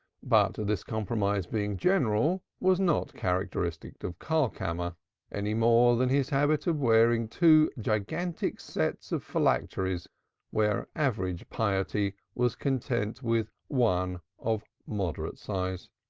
but this compromise being general was not characteristic of karlkammer any more than his habit of wearing two gigantic sets of phylacteries where average piety was content with one of moderate size.